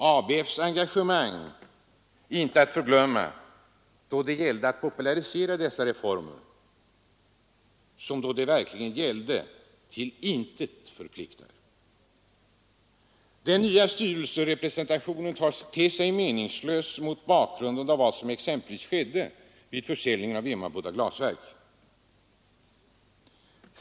ABF:s engagemang är inte att förglömma när man skulle popularisera dessa reformer, som då det verkligen gällde var till intet förpliktande. Den nya styrelserepresentationen ter sig meningslös mot bakgrunden av vad som exempelvis skedde vid försäljningen av Emmaboda glasverk.